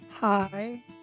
Hi